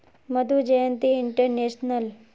Madhu Jayanti international